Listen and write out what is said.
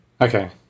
Okay